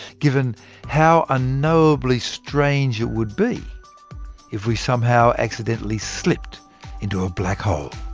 given how unknowably strange it would be if we somehow accidentally slipped into a black hole